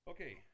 Okay